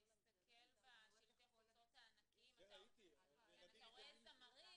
תסתכל בשלטי החוצות הענקיים, אתה רואה זמרים,